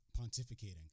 pontificating